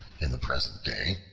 in the present day,